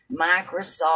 Microsoft